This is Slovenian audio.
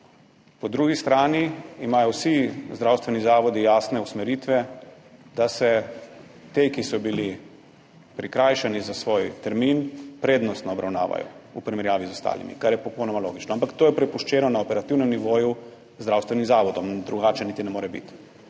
Po drugi strani imajo vsi zdravstveni zavodi jasne usmeritve, da se ti, ki so bili prikrajšani za svoj termin, prednostno obravnavajo v primerjavi z ostalimi, kar je popolnoma logično. Ampak to je prepuščeno na operativnem nivoju zdravstvenim zavodom, drugače niti ne more biti.